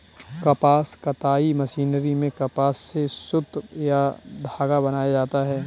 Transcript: कपास कताई मशीनरी में कपास से सुत या धागा बनाया जाता है